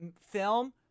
film